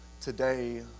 today